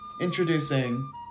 introducing